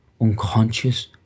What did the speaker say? unconscious